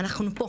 אנחנו פה,